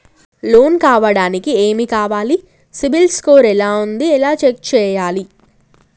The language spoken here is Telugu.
లోన్ కావడానికి ఏమి కావాలి సిబిల్ స్కోర్ ఎలా ఉంది ఎలా చెక్ చేయాలి?